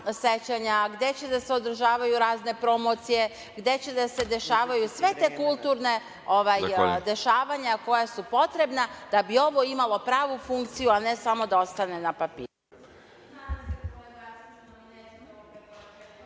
sećanja, gde će da se održavaju razne promocije, gde će da se dešavaju sva ta kulturna dešavanja koja su potrebna da bi ovo imalo pravu funkciju, a ne samo da ostane na papiru.